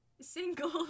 Single